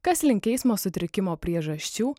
kas link eismo sutrikimo priežasčių